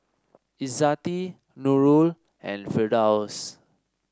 Izzati Nurul and Firdaus